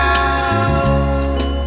out